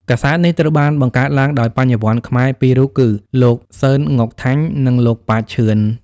កាសែតនេះត្រូវបានបង្កើតឡើងដោយបញ្ញវន្តខ្មែរពីររូបគឺ លោក សឺន ង៉ុកថាញ់ និងលោក ប៉ាច ឈឿន។